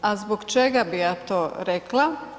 A zbog čega bi ja to rekla?